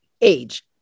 age